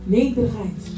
Nederigheid